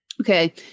okay